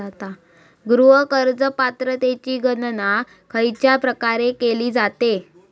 गृह कर्ज पात्रतेची गणना खयच्या प्रकारे केली जाते?